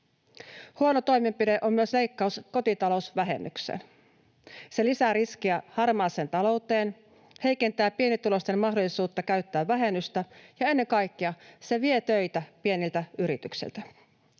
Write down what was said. Huono toimenpide on myös leikkaus kotitalousvähennykseen. Se lisää riskiä harmaaseen talouteen, heikentää pienituloisten mahdollisuutta käyttää vähennystä, ja ennen kaikkea se vie töitä pieniltä yrityksiltä.